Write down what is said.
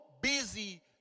busy